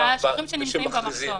והאנשים שנמצאים במקום.